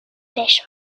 fish